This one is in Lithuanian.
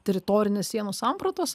teritorinės sienų sampratos